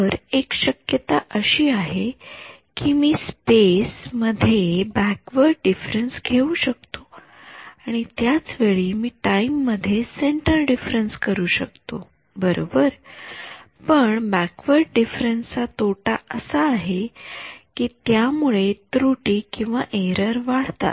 तर एक शक्यता अशी आहे कि मी स्पेस मध्ये बॅकवर्ड डिफरन्स घेऊ शकतो आणि त्याच वेळी मी टाइम मध्ये सेन्टर डिफरन्स करू शकतो बरोबर पण बॅकवर्ड डिफरन्स चा तोटा असा आहे कि त्यामुळे त्रुटीएरर वाढतात